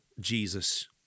Jesus